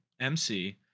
MC